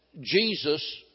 Jesus